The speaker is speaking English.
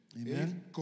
Amen